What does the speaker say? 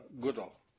Goodall